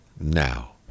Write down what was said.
now